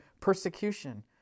persecution